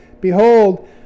behold